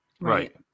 Right